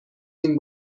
این